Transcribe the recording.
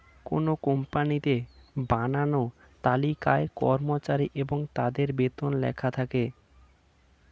একটা কোম্পানিতে বানানো তালিকায় কর্মচারী এবং তাদের বেতন লেখা থাকে